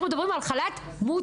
אנחנו מדברים על חל"ת מוצדק.